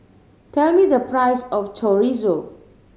tell me the price of Chorizo